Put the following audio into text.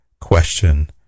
question